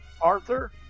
Arthur